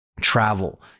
travel